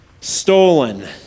stolen